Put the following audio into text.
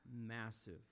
massive